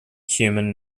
human